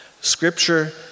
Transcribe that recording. Scripture